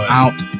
out